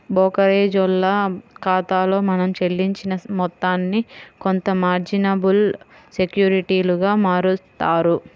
బోకరేజోల్ల ఖాతాలో మనం చెల్లించిన మొత్తాన్ని కొంత మార్జినబుల్ సెక్యూరిటీలుగా మారుత్తారు